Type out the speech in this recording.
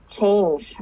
change